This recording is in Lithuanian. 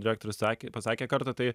direktorius sakė pasakė kartą tai